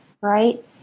right